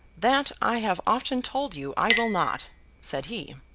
that, i have often told you i will not said he.